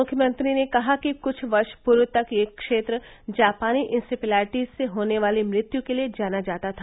मुख्यमंत्री ने कहा कि कुछ वर्ष पूर्व तक यह क्षेत्र जापानी इंसेफेलाइटिस से होने वाली मृत्यु के लिए जाना जाता था